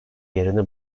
yerini